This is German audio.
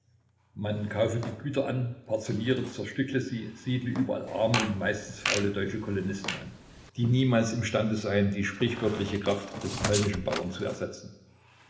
man kaufe die güter an parzelliere zerstückele sie siedle überall arme und meistens faule deutsche kolonisten an die niemals im stande seien die sprichwörtliche kraft des polnischen bauern zu ersetzen